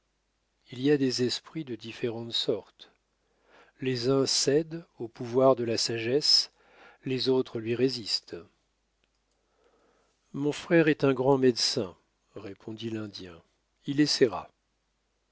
il y a des esprits de différentes sortes les uns cèdent au pouvoir de la sagesse les autres lui résistent mon frère est un grand médecin répondit l'indien il essaiera